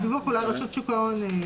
אז דיווח אולי רשות שוק ההון.